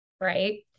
right